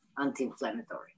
anti-inflammatory